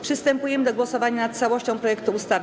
Przystępujemy do głosowania nad całością projektu ustawy.